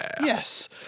Yes